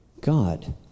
God